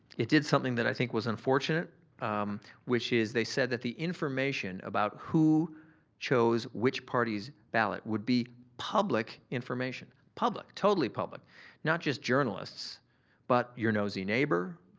it did something that i think was unfortunate which is they said that the information about who chose which party's ballot would be public information, public, totally public not just journalists but your nosy neighbor,